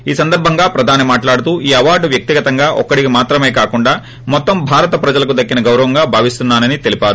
ఈ సందర్భంగా ప్రదాని మాట్లాడుతూ ఈ అవార్డు వ్యక్తిగతంగా ఒక్కడికి మాత్రమే కాకుండా మొత్తం భారత ప్రజలకు దక్కిన గౌరవంగా భావిస్తున్నానని తెలిపారు